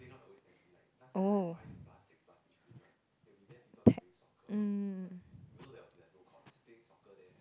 oh pack um